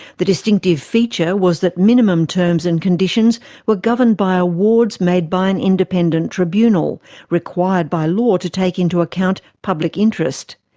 the distinctive feature was that minimum terms and conditions were governed by awards made by an independent tribunal required by law to take into account public interest.